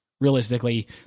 realistically